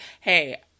Hey